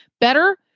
better